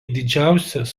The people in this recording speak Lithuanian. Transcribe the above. didžiausias